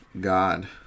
God